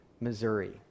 Missouri